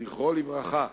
זכרו לברכה,